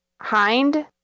hind